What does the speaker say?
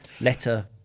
letter